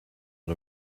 but